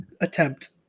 attempt